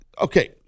okay